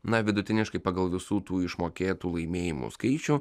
na vidutiniškai pagal visų tų išmokėtų laimėjimų skaičių